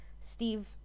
Steve